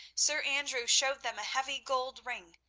sir andrew showed them a heavy gold ring,